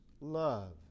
love